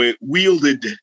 wielded